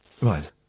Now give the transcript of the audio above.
Right